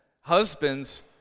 husbands